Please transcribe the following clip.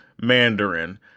Mandarin